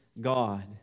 God